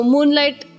Moonlight